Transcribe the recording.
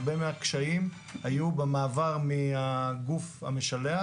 הרבה מהקשיים היו במעבר מהגוף המשלח,